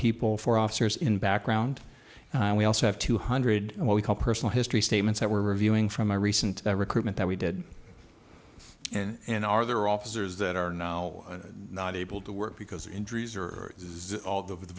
people four officers in background and we also have two hundred what we call personal history statements that we're reviewing from my recent recruitment that we did and are there officers that are now not able to work because injuries are zero all the